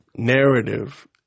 Narrative